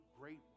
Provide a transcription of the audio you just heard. great